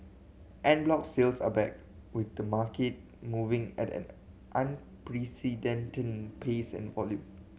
en bloc sales are back with the market moving at an unprecedented pace and volume